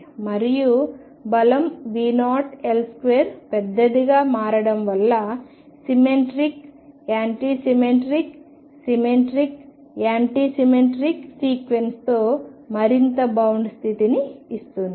మరియు బలం V0L2 పెద్దదిగా మారడం వల్ల symmetric anti symmetric symmetric anti symmetric సీక్వెన్స్తో మరింత బౌండ్ స్థితిని ఇస్తుంది